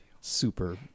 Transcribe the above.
Super